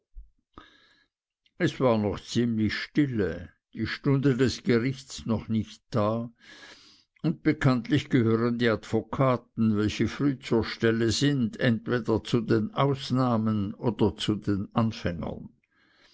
es war noch ziemlich stille die stunde des gerichts noch nicht da und bekanntlich gehören die advokaten welche früh zur stelle sind entweder zu den ausnahmen oder zu den anfängern